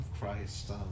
Christ